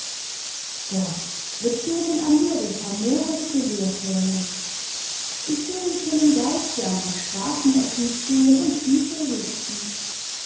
gott wird dem in amerika mores gelehrt werden ich seh ihn schon im geiste an deri straßenecken stehen und stiefel wichsen